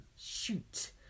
Shoot